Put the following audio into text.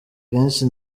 kenshi